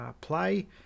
play